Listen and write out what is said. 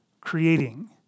creating